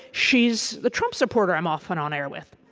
she's the trump supporter i'm often on air with.